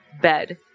bed